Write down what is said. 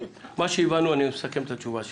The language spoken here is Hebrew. מה שהבנו אני מסכם את התשובה שלך.